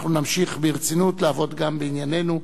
אנחנו נמשיך ברצינות לעבוד גם בעניינינו.